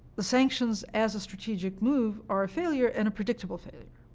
the sanctions, as a strategic move, are a failure, and a predictable failure.